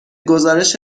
گزارش